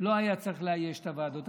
לא היה צריכים לאייש את הוועדות.